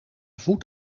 voet